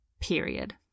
period